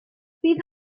bydd